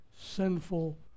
sinful